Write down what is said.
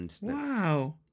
Wow